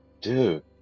Dude